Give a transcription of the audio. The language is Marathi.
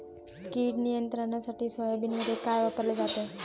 कीड नियंत्रणासाठी सोयाबीनमध्ये काय वापरले जाते?